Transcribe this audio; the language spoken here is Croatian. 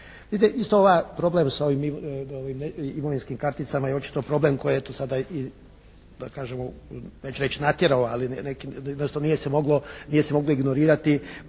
isto ova, problem sa ovim imovinskim karticama je očito problem koji eto sada i da kažemo, neću reći natjeralo, ali odnosno nije se moglo ignorirati